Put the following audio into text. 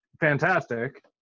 fantastic